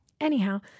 Anyhow